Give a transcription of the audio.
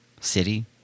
city